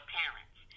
parents